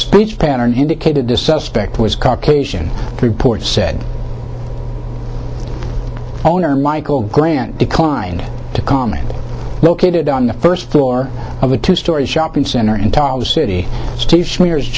speech pattern indicated this suspect was caucasian report said owner michael grant declined to comment located on the first floor of a two story shopping center in the city steve smears